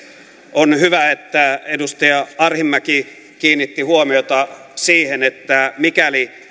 on hyvä että edustaja arhinmäki kiinnitti huomiota siihen että mikäli